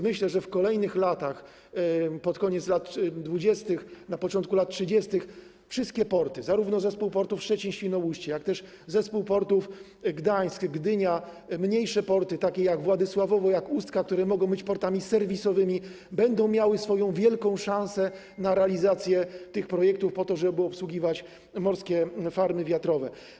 Myślę, że w kolejnych latach, pod koniec lat 20., na początku lat 30., wszystkie porty - zarówno zespół portów Szczecin-Świnoujście, jak i zespół portów Gdańsk-Gdynia, mniejsze porty takie jak Władysławowo, Ustka, które mogą być portami serwisowymi - będą miały swoją wielką szansę na realizację tych projektów, żeby obsługiwać morskie farmy wiatrowe.